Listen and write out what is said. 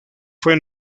fue